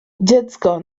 dziecko